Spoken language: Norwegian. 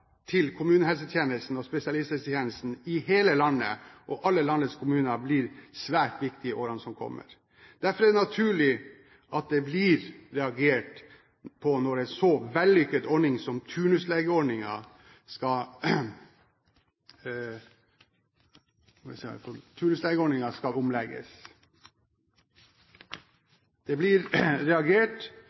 til kommunehelsetjenesten og spesialisthelsetjenesten i hele landet og alle landets kommuner blir svært viktig i årene som kommer. Derfor er det naturlig at det blir reagert når en så vellykket ordning som turnuslegeordningen skal omlegges. Det blir reagert